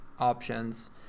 Options